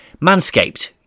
Manscaped